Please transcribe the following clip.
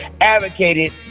advocated